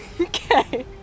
Okay